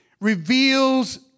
reveals